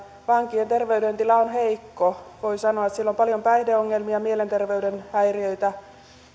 vankien terveydentila on heikko voi sanoa että siellä on paljon päihdeongelmia mielenterveyden häiriöitä